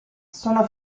sono